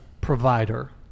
provider